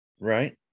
Right